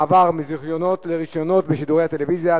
(מעבר מזיכיונות לרשיונות בשידורי טלוויזיה),